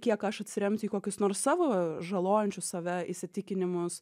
kiek aš atsiremsiu į kokius nors savo žalojančius save įsitikinimus